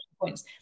points